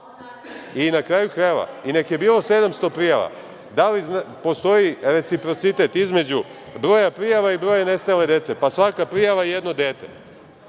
Na kraju krajeva, neka i je bilo 700 prijava, da li postoji reciprocitet između broja prijava i broja nestale dece? Pa svaka prijava je jedno dete.